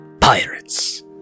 pirates